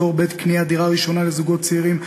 פטור בעת קניית דירה ראשונה לזוגות צעירים),